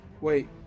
Wait